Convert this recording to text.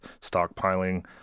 stockpiling